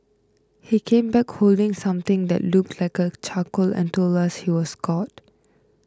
he came back holding something that looked like a charcoal and told us he was god